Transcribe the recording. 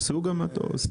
סוג המטוס?